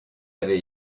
avait